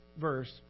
verse